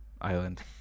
island